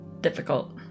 difficult